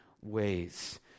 ways